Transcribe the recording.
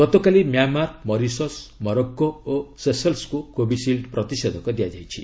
ଗତକାଲି Myanmar Mauritius Morocco ଓ ସେଶେଲ୍ସ୍କୁ କୋବିସିଲ୍ଡ୍ ପ୍ରତିଷେଧକ ଦିଆଯାଇଛି